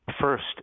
First